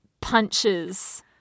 punches